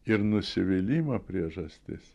ir nusivylimo priežastis